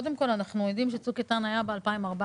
אנחנו יודעים שצוק איתן היה ב-2014,